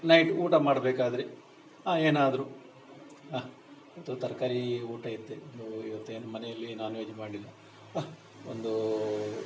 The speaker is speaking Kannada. ನೈಟ್ ಊಟ ಮಾಡಬೇಕಾದ್ರೆ ಏನಾದ್ರೂ ಎಂತಾದ್ರೂ ತರಕಾರಿ ಊಟ ಇತ್ತು ನಮ್ಮಲ್ಲಿ ಇವತ್ತೇನು ಮನೆಯಲ್ಲಿ ನೋನ್ ವೆಜ್ ಮಾಡಲಿಲ್ಲ ಒಂದು